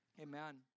Amen